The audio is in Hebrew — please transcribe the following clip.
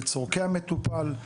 בצורכי המטופל.